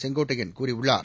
செங்கோட்டையன் கூறியுள்ளார்